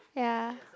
ya